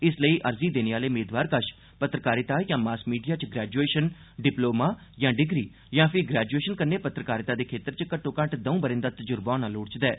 इस लेई अर्जी देने आले मेदवार कश पत्रकारिता जां मॉस मीडिया च ग्रैजुएशन डिपलोमा जां डिग्री जां फ्ही ग्रैजुएशन कन्नै पत्रकारिता दे क्षेत्र च घट्टो घट्ट दऊं बरें दा तजुर्बा होना लोड़चदा ऐ